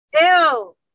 Ew